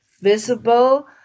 Visible